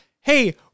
Hey